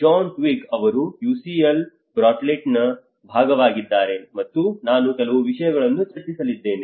John Twigg ಅವರು UCL ಬಾರ್ಟ್ಲೆಟ್ನ ಭಾಗವಾಗಿದ್ದಾರೆ ಮತ್ತು ನಾನು ಕೆಲವು ವಿಷಯಗಳನ್ನು ಚರ್ಚಿಸಲಿದ್ದೇನೆ